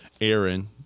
Aaron